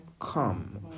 come